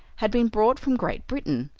had been brought from great britain.